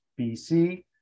BC